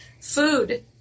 Food